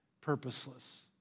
purposeless